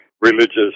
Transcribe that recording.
religious